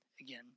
again